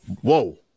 whoa